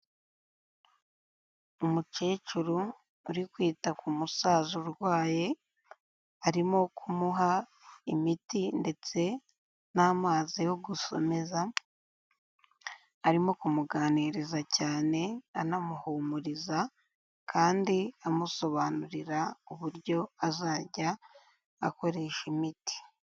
Umukecuru uri kwita ku musaza urwaye, arimo kumuha imiti ndetse n'amazi yo gusomeza, arimo kumuganiriza cyane anamuhumuriza kandi amusobanurira uburyo azajya akoresha imiti.